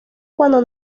cuando